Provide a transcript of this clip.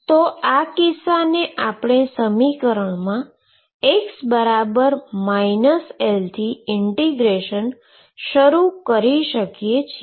તો આ કિસ્સાને આપણે સમીકરણમાં x L થી ઈન્ટીગ્રેશન શરૂ કરી શકીએ છીએ